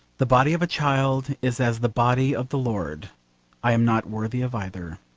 the body of a child is as the body of the lord i am not worthy of either